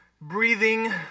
breathing